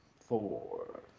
four